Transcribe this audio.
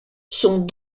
sont